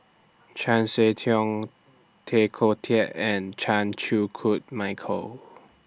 Chan Sek Keong Tay Koh Yat and Chan Chew Koon Michael